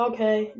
Okay